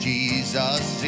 Jesus